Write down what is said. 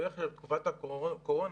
בתקופת הקורונה,